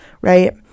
right